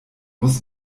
muss